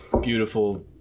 beautiful